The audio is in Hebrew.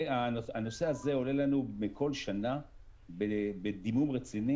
הנושא הזה עולה לנו מכל שנה בדימום רציני